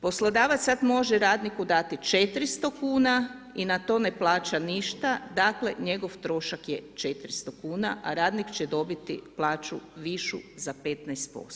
Poslodavac sad može dati radniku 400,00 kn i na to ne plaća ništa, dakle, njegov trošak je 400,00 kn, a radnik će dobiti plaću višu za 15%